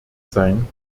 sein